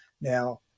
Now